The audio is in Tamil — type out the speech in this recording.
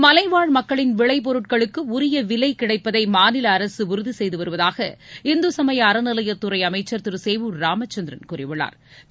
மலைவாழ் மக்களின் விளைப் பொருட்களுக்கு உரிய விலை கிடைப்பதை மாநில அரசு உறுதி செய்து வருவதாக இந்து சமய அறநிலையத் துறை அமைச்சா் திரு சேவூர் ராமச்சந்திரன் கூறியுள்ளாா்